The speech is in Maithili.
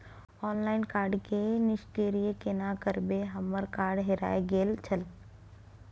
ऑनलाइन कार्ड के निष्क्रिय केना करबै हमर कार्ड हेराय गेल छल?